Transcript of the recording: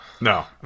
No